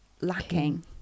lacking